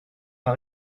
pas